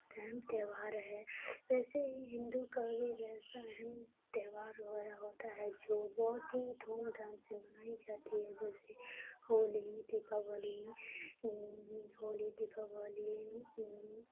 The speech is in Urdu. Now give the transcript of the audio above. بہت اہم تیوہار ہے ویسے ہی ہندو کا بھی ویسا اہم تہوار وغیرہ ہوتا ہے جو بہت ہی دھوم دھام سے منائی جاتی ہے جیسے ہولی دیپاولی ہولی دیپاولی